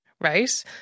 Right